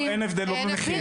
היום אין הבדל במחיר,